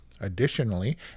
Additionally